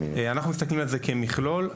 אנחנו מסתכלים על זה כמכלול.